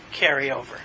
carryover